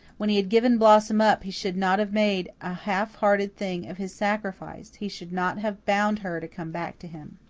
when he had given blossom up he should not have made a half-hearted thing of his sacrifice he should not have bound her to come back to him.